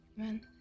Amen